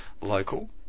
local